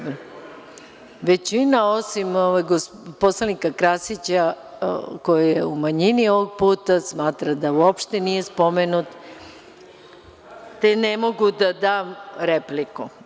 Većina, osim poslanika Krasića, koji je u manjini ovog puta, smatra da uopšte nije spomenut, te ne mogu da dam repliku.